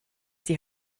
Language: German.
die